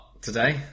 today